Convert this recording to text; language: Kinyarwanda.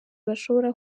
bashobora